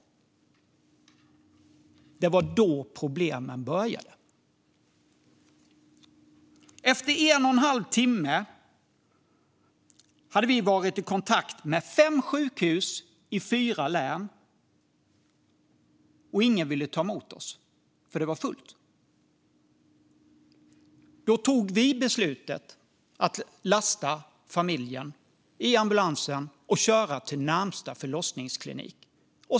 Men det var då problemen började. Under en och en halv timme var vi i kontakt med fem sjukhus i fyra län, men ingen ville ta emot oss för att det var fullt. Vi tog därför beslutet att lasta familjen i ambulansen och köra till närmaste förlossningsklinik.